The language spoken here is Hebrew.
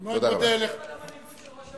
מה הוא חושב על המנהיגות של ראש הממשלה?